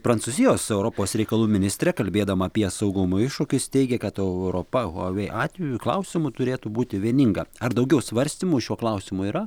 prancūzijos europos reikalų ministrė kalbėdama apie saugumo iššūkius teigia kad europa huawei atveju klausimu turėtų būti vieninga ar daugiau svarstymų šiuo klausimu yra